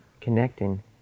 connecting